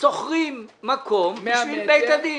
שוכרים מקום בשביל בית הדין.